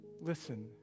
listen